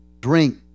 drink